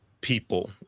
people